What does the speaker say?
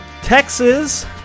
Texas